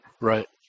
Right